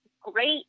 great